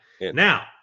Now